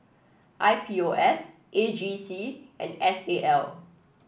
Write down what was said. I P O S A G C and S A L